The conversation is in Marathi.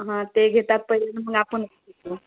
हां ते घेतात पहिले मग आपण घेतो